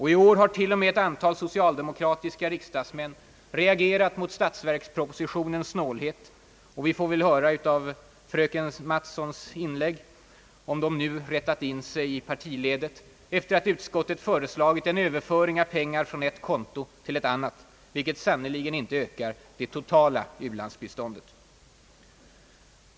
I år har t.o.m., ett antal socialdemo kratiska riksdagsmän reagerat mot statsverkspropositionens =<snålhet — men vi får väl höra av fröken Mattsons inlägg, om de nu rättat in sig i partiledet efter att utskottet föreslagit en överföring av pengar från ett konto till ett annat, vilket sannerligen inte ökar det totala u-landsbiståndet.